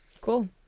Cool